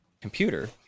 computer